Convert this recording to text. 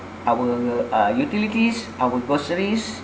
our uh utilities our groceries